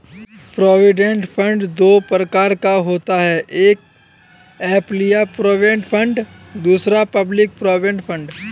provident fund दो प्रकार का होता है एक एंप्लॉय प्रोविडेंट फंड दूसरा पब्लिक प्रोविडेंट फंड